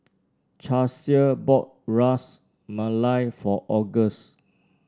Charlsie bought Ras Malai for August